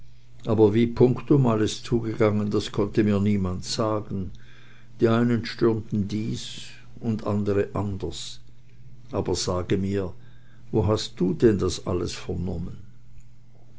aber wie punktum alles zugegangen das konnte mir niemand sagen die einen stürmten dies und andere anders aber sage mir wo hast du denn alles das vernommen